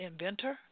inventor